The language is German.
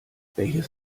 welches